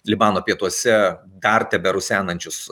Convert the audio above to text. libano pietuose dar teberusenančius